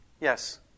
Yes